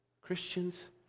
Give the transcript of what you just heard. Christians